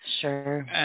Sure